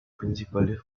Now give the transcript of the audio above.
principales